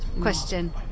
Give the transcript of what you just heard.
question